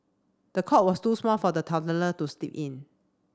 the cot was too small for the toddler to sleep in